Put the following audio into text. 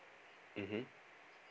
mmhmm